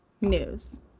news